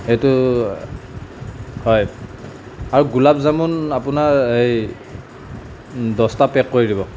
এইটো হয় আৰু গুলাব জামুন আপোনাৰ এই দহটা পেক কৰি দিব